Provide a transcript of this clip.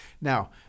Now